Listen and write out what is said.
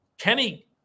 Kenny –